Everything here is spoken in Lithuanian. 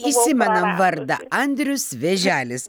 įsimenam vardą andrius vėželis